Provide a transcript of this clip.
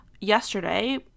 Yesterday